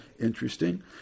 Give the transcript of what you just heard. interesting